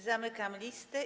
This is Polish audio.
Zamykam listę.